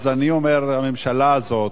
אז אני אומר לממשלה הזאת: